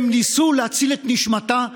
הם ניסו להציל את נשמתה.